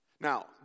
Now